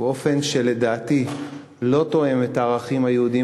באופן שלדעתי לא תואם את הערכים היהודיים